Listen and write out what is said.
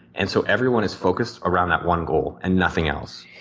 and so everyone is focused around that one goal and nothing else.